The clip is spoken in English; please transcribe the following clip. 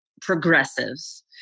progressives